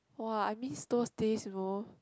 !wah! I miss those days you know